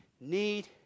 need